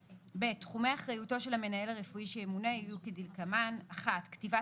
תחומי אחריותו של המנהל הרפואי שימונה יהיו כדלקמן כתיבה